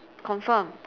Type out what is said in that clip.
confirm